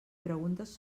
preguntes